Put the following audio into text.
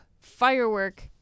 Firework